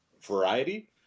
variety